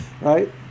right